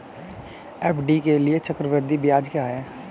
FD के लिए चक्रवृद्धि ब्याज क्या है?